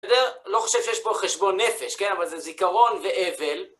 אתה יודע, לא חושב שיש פה חשבון נפש, כן? אבל זה זיכרון ואבל.